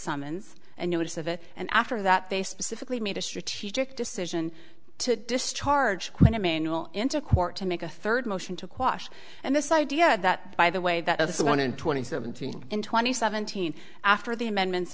summons a notice of it and after that they specifically made a strategic decision to discharge quinn emanuel into court to make a third motion to quash and this idea that by the way that of the one hundred twenty seventeen and twenty seventeen after the amendments